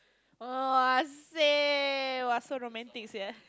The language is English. !wahseh! so romantic sia